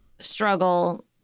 struggle